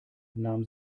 nahm